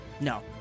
No